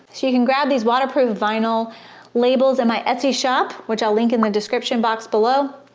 so you can grab these waterproof vinyl labels in my etsy shop which i'll link in the description box below.